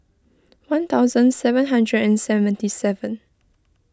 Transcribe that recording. one thousand seven hundred and seventy seven